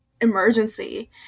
emergency